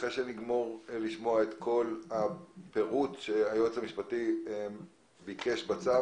אחרי שנגמור לשמוע את כל הפירוט שהיועץ המשפטי ביקש בצו,